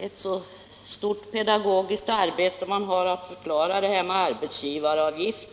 ett så stort pedagogiskt arbete att förklara detta med arbetsgivaravgifter.